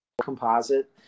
composite